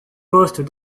postes